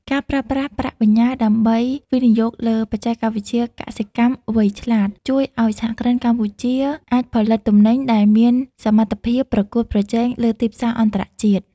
ការប្រើប្រាស់ប្រាក់បញ្ញើដើម្បីវិនិយោគលើ "បច្ចេកវិទ្យាកសិកម្មវៃឆ្លាត" ជួយឱ្យសហគ្រិនកម្ពុជាអាចផលិតទំនិញដែលមានសមត្ថភាពប្រកួតប្រជែងលើទីផ្សារអន្តរជាតិ។